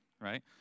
Right